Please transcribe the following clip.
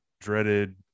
dreaded